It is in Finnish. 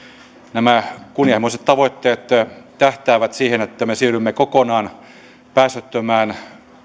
nämä kunnianhimoiset tavoitteet tähtäävät siihen että me siirrymme kokonaan päästöttömään